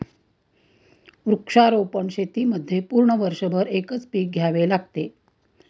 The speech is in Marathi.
वृक्षारोपण शेतीमध्ये पूर्ण वर्षभर एकच पीक घ्यावे लागते